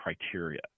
criteria